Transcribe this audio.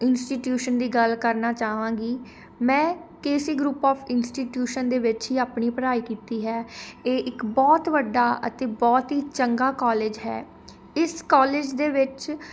institution ਦੀ ਗੱਲ ਕਰਨਾ ਚਾਹਵਾਂਗੀ ਮੈਂ K C group of institution ਦੇ ਵਿੱਚ ਹੀ ਆਪਣੀ ਪੜ੍ਹਾਈ ਕੀਤੀ ਹੈ ਇਹ ਇੱਕ ਬਹੁਤ ਵੱਡਾ ਅਤੇ ਬਹੁਤ ਹੀ ਚੰਗਾ ਕੋਲਜ ਹੈ ਇਸ ਕੋਲਜ ਦੇ ਵਿੱਚ